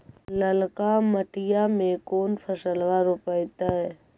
ललका मटीया मे कोन फलबा रोपयतय?